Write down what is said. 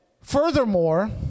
Furthermore